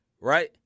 right